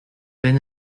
been